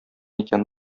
икән